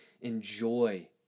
enjoy